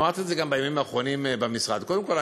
ואמרתי את זה גם בימים האחרונים במשרד: קודם כול,